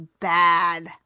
bad